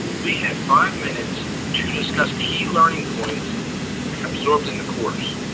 we had five minutes to discuss key learning points absorbed in the course.